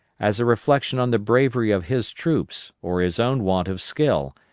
as a reflection on the bravery of his troops or his own want of skill,